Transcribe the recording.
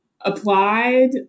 applied